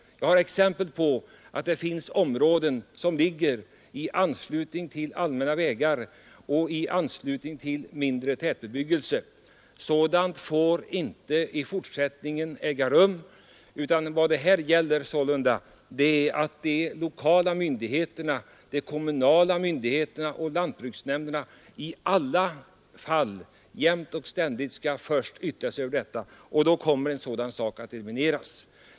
Jag har exempel på att sådant har skett i områden som ligger i anslutning till allmänna vägar och mindre tätbebyggelse. Sådant får i fortsättningen inte äga rum. Vad det här gäller är sålunda att de kommunala myndigheterna och lantbruksnämnderna ständigt bör yttra sig över ansökningar om täkttillstånd för att sådan förstörelse skall kunna stoppas.